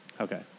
Okay